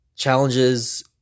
challenges